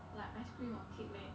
like ice cream or cake leh